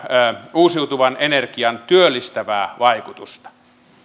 uusiutuvan energian työllistävää vaikutusta